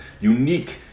unique